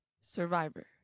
Survivor